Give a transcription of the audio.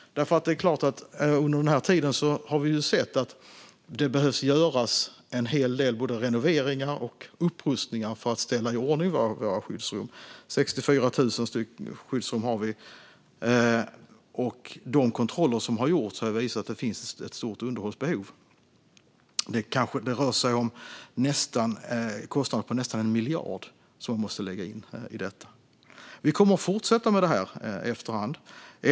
Under den här tiden har vi ju sett att det behöver göras en hel del både renoveringar och upprustningar när det gäller att ställa i ordning våra skyddsrum. 64 000 skyddsrum har vi, och de kontroller som har gjorts har visat att det finns ett stort underhållsbehov. Det rör sig om kostnader på nästan 1 miljard, som man måste lägga in i detta. Vi kommer att fortsätta med detta efter hand.